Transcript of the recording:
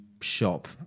shop